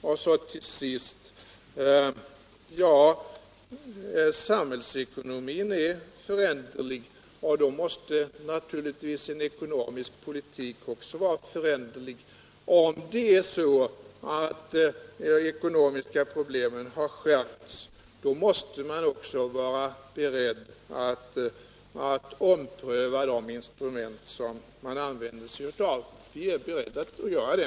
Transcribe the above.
Och så till sist: Samhällsekonomin är föränderlig, och då måste naturligtvis den ekonomiska politiken också vara föränderlig. Om de ekonomiska problemen har skärpts måste man vara beredd att ompröva de instrument som man använder sig av. Vi är beredda att göra det.